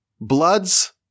bloods